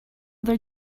their